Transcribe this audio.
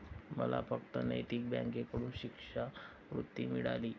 मला फक्त नैतिक बँकेकडून शिष्यवृत्ती मिळाली